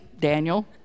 Daniel